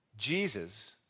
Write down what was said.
Jesus